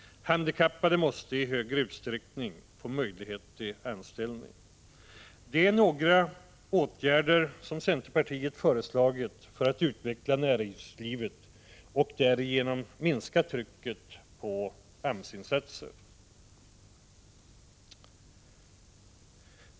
Handikappade måste i större utsträckning få möjlighet till anställning. Detta är några åtgärder som centerpartiet föreslagit för att utveckla näringslivet och därigenom minska trycket på AMS-insatser.